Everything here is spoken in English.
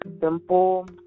simple